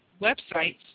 websites